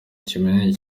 kimenyane